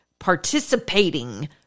participating